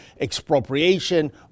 expropriation